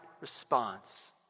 response